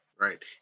Right